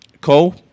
Cole